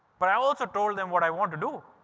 but i also told them what i want to do.